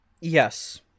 Yes